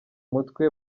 mutwe